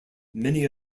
many